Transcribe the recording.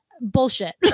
bullshit